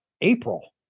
April